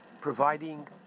providing